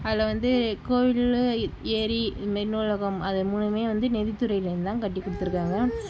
அதில் வந்து கோவில் ஏரி இதுமாரி நூலகம் அது மூணுமே வந்து நிதிதுறையிலருந்து தான் கட்டி கொடுத்துருக்காங்க